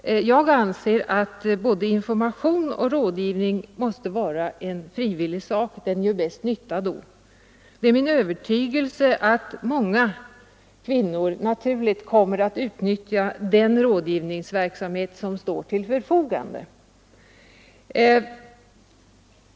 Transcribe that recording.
Jag anser att både information och rådgivning måste vara en frivillig sak — de gör bäst nytta då. Det är min övertygelse att många kvinnor naturligen kommer att utnyttja den rådgivningsverksamhet som står till förfogande.